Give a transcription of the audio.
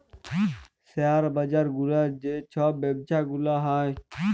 share বাজার গুলার যে ছব ব্যবছা গুলা হ্যয়